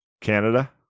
Canada